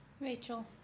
Rachel